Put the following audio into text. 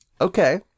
Okay